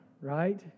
right